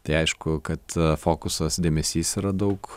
tai aišku kad fokusas dėmesys yra daug